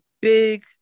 big